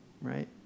right